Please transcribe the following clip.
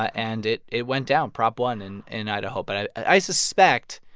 ah and it it went down prop one and in idaho. but i i suspect,